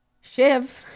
Shiv